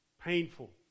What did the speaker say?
painful